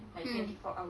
mm